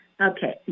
Okay